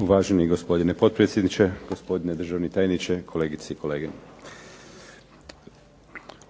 Uvaženi gospodine potpredsjedniče, gospodine državni tajniče, kolegice i kolege.